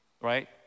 right